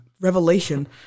revelation